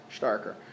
starker